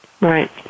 Right